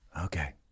Okay